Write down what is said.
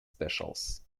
specials